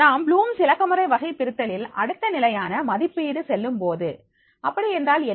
நாம் புளூம்ஸ்Blooms இலக்கமுறை வகைபிரித்தலில் அடுத்த நிலையான மதிப்பீடு செல்லும்போது அப்படி என்றால் என்ன